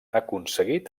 aconseguit